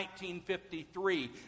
1953